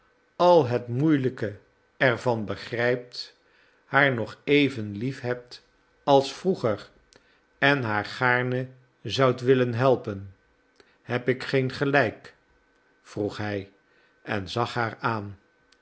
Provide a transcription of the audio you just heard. al het moeielijke er van begrijpt haar nog even lief hebt als vroeger en haar gaarne zoudt willen helpen heb ik geen gelijk vroeg hij en zag haar aan